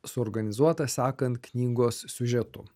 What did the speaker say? suorganizuotą sekant knygos siužetu